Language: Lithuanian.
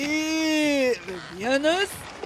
į vienas